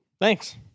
Thanks